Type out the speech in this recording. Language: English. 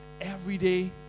everyday